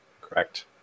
Correct